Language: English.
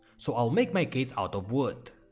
so i will make my case out of wood.